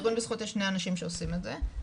בארגון בזכות יש שני אנשים שעושים את זה.